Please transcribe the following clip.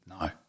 no